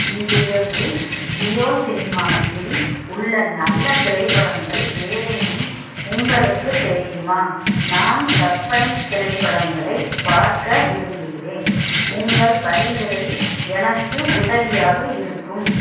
இன்றிரவு ஜியோ சினிமா இல் உள்ள நல்ல திரைப்படங்கள் ஏதேனும் உங்களுக்குத் தெரியுமா நான் கற்பனை திரைப்படங்களை பார்க்க விரும்புகிறேன் உங்கள் பரிந்துரை எனக்கு உதவியாக இருக்கும்